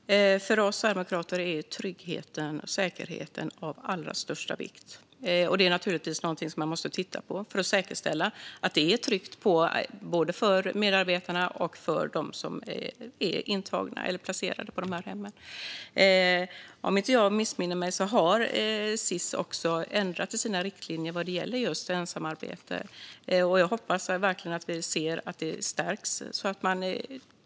Fru talman! För oss sverigedemokrater är tryggheten och säkerheten av allra största vikt. Det är naturligtvis någonting som man måste titta på för att säkerställa att det är tryggt både för medarbetarna och för dem som är placerade på hemmen. Om jag inte missminner mig har Sis ändrat i sina riktlinjer vad gäller just ensamarbete. Jag hoppas att vi verkligen får se att det arbetet stärks.